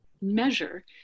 measure